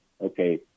okay